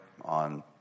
on